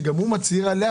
שגם הוא מצהיר עליה,